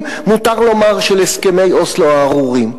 מותר לומר: של הסכמי אוסלו הארורים.